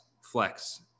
flex